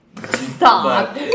Stop